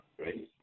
Right